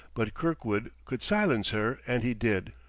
but kirkwood could silence her and he did.